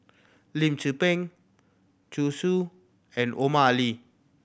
Lim Tze Peng Zhu Xu and Omar Ali